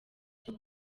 cyo